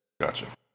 gotcha